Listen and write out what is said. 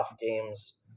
games